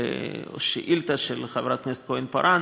על שאילתה של חברת הכנסת כהן-פארן